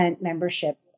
membership